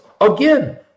Again